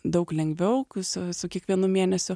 daug lengviau su su kiekvienu mėnesiu